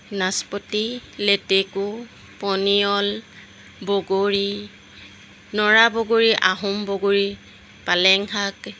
নাচপতি লেটেকু পনিয়ল বগৰী নৰা বগৰী আহোম বগৰী পালেংশাক